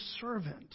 servant